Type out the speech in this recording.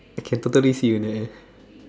I can totally see you in that